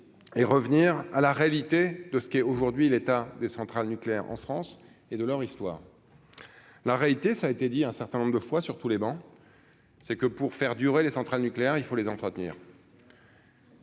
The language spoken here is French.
et revenir à la réalité de ce qui est aujourd'hui l'état des centrales nucléaires en France et de leur histoire, la réalité, ça a été dit un certain nombre de fois sur tous les bancs, c'est que pour faire durer les centrales nucléaires, il faut les entretenir.